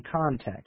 context